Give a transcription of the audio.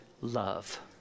love